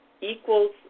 equals